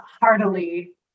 heartily